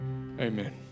Amen